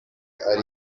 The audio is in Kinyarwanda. ari